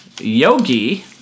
Yogi